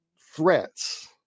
threats